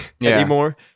anymore